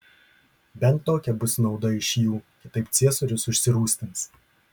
bent tokia bus nauda iš jų kitaip ciesorius užsirūstins